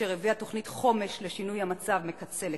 אשר הביאה תוכנית חומש לשינוי המצב מקצה לקצה.